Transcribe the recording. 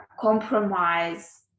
compromise